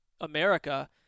America